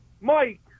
Mike